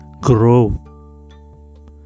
grow